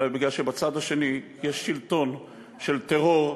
אלא מפני שבצד השני יש שלטון של טרור,